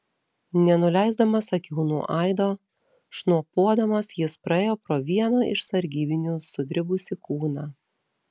nenuleisdamas akių nuo aido šnopuodamas jis praėjo pro vieno iš sargybinių sudribusį kūną